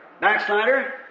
Backslider